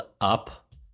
up